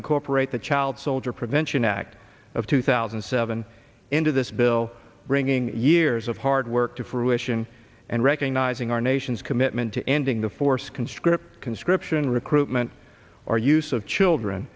incorporate the child soldier prevention act of two thousand and seven into this bill bringing years of hard work to fruition and recognizing our nation's commitment to ending the forced conscript conscription recruitment or use of children